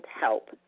help